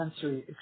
sensory